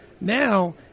Now